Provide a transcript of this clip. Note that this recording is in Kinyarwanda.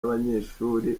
abanyeshuri